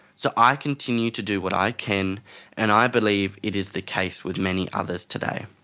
so i continue to do what i can and i believe it is the case with many others today.